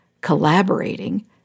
collaborating